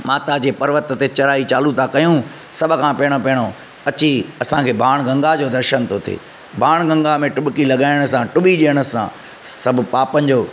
माता जे पर्वत ते चढ़ाई चालू था कयूं सभ खां पहिरों पहिरों अची असांखे बाण गंगा जो दर्शन थो थिए बाण गंगा में डुपकी लॻाइण सां टुॿी ॾियण सां सभु पापनि जो